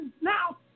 now